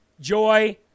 joy